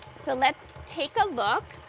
so let's take a look,